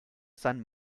sein